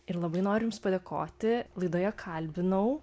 ir labai noriu padėkoti laidoje kalbinau